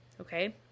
okay